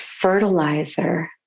fertilizer